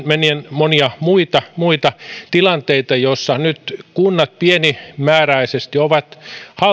monia muita muita tilanteita joissa kunnat pienimääräisesti ovat